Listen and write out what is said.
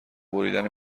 بریدن